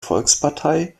volkspartei